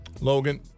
Logan